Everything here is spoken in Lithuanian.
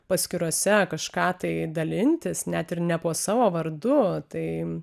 paskyrose kažką tai dalintis net ir ne po savo vardu tai